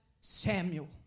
Samuel